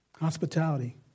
Hospitality